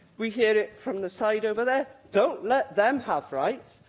we hear it from the side over there, don't let them have rights,